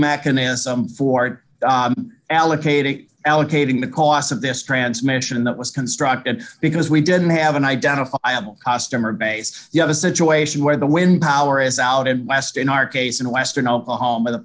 mechanism for allocating allocating the cost of this transmission that was constructed because we didn't have an identifiable customer base you have a situation where the wind power is out in west in our case in western oklahoma the